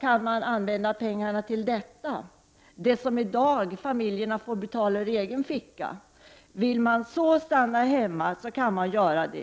kan man använda pengarna till detta. Familjerna får i dag betala det ur egen ficka. Vill man stanna hemma kan man göra det.